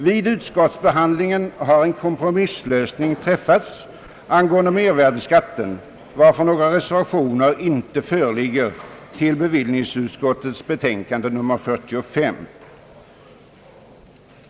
Vid utskottsbehandlingen har en kompromisslösning träffats angående mervärdeskatten varför några reservationer inte föreligger till bevillningsutskottets betänkande nr 45.